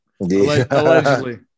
allegedly